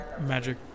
magic